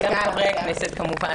וגם על ידי חברי הכנסת כמובן.